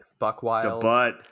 Buckwild